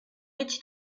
mig